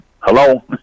Hello